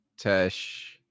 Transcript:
Tesh